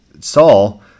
Saul